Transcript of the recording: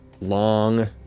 long